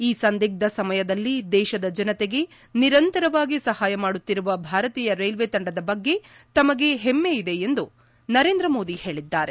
ಈ ಸಂದಿಗ್ದ ಸಮಯದಲ್ಲಿ ದೇಶದ ಜನತೆಗೆ ನಿರಂತರವಾಗಿ ಸಹಾಯ ಮಾಡುತ್ತಿರುವ ಭಾರತೀಯ ರೈಲ್ವೆ ತಂಡದ ಬಗ್ಗೆ ತಮಗೆ ಹೆಮ್ಮೆ ಇದೆ ಎಂದು ನರೇಂದ್ರ ಮೋದಿ ಹೇಳಿದ್ದಾರೆ